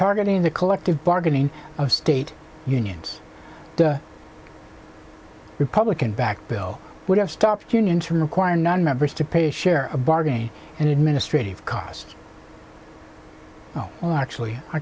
targeting the collective bargaining of state unions the republican backed bill would have stopped union to require nonmembers to pay a share a bargain and administrative cost oh well actually i